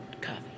coffee